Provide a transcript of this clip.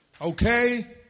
Okay